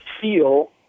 feel